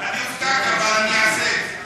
אני הופתעתי, אבל אני אעשה את זה.